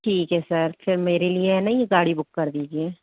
ठीक है सर फिर मेरे लिए है ना ये गाड़ी बुक कर दीजिए